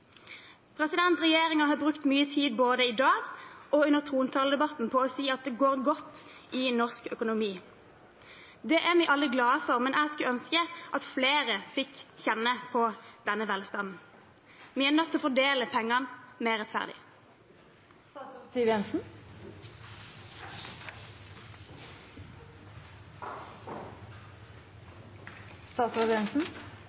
si at det går godt i norsk økonomi. Det er vi alle glade for, men jeg skulle ønske at flere fikk kjenne på denne velstanden. Vi er nødt til å fordele pengene mer rettferdig.